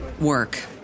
work